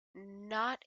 not